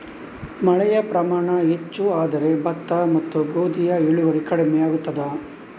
ಮಳೆಯ ಪ್ರಮಾಣ ಹೆಚ್ಚು ಆದರೆ ಭತ್ತ ಮತ್ತು ಗೋಧಿಯ ಇಳುವರಿ ಕಡಿಮೆ ಆಗುತ್ತದಾ?